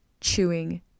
chewing